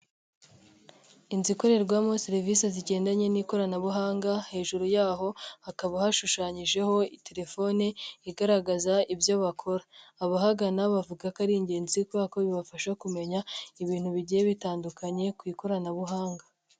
Inzu ikorerwamo serivisi zigendanye n'ikoranabuhanga, hejuru yaho hakaba hashushanyijeho telefone igaragaza ibyo bakora, abahagana bavuga ko ari ingenzi kubera ko bibafasha kumenya ibintu bigiye bitandukanye ku ikoranabuhanga.